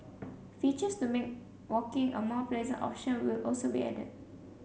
features to make walking a more pleasant option will also be added